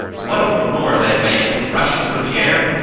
what a roar they made, rushing through the air!